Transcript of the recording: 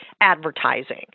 advertising